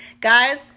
guys